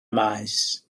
maes